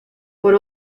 por